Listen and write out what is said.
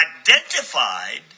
identified